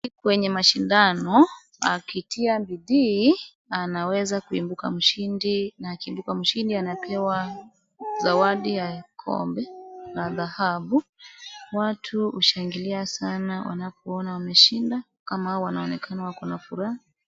Kwenye mashindano akitia bidii anaweza kuibuka mshindi na akiibuka mshindi anapewa zawadi ya kombe na dhahabu. Watu hushangilia sana wanapoona wameshinda kama hawa wanaonekana wako na furaha.